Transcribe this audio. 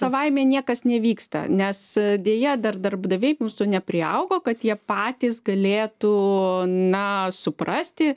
savaime niekas nevyksta nes deja dar darbdaviai mūsų nepriaugo kad jie patys galėtų na suprasti